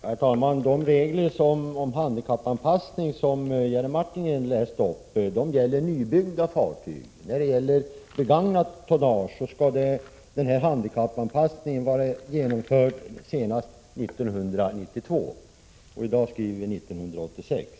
Herr talman! De regler om handikappanpassning som Jerry Martinger läste upp gäller för nybyggda fartyg. När det är fråga om begagnat tonnage skall handikappanpassningen vara genomförd senast 1992, och i dag skriver vi 1986.